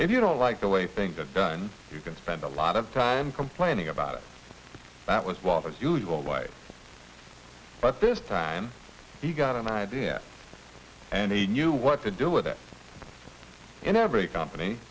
if you don't like the way think that done you can spend a lot of time complaining about it that was once as usual whites but this time he got an idea and he knew what to do with it in every company